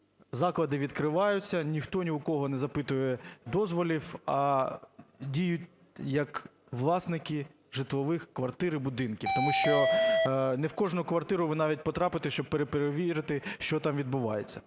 заклади відкриваються, ніхто ні у кого не запитує дозволів, а діють як власники житлових квартир і будинків. Тому що ні в кожну квартиру ви навіть потрапити, щоб перевірити, що там відбувається.